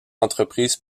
entreprise